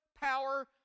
power